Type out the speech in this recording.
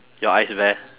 your ice bear